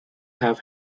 have